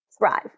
thrive